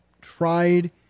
tried